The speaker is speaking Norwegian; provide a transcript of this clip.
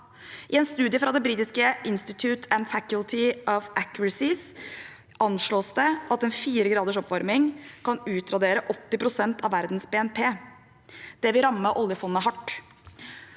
I en studie fra det britiske Institute and Faculty of Actuaries anslås det at en 4 graders oppvarming kan utradere 80 pst. av verdens BNP. Det vil ramme oljefondet hardt.